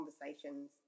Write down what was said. conversations